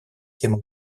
темы